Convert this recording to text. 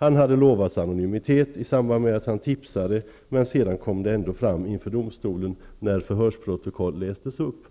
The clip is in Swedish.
Mannen hade lovats anonymitet i samband med att han tipsade. Men sedan kom det fram inför domstolen när förhörsprotokollet lästes upp